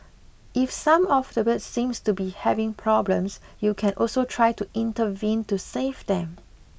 if some of the birds seems to be having problems you can also try to intervene to save them